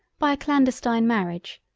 by a clandestine marriage,